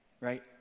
Right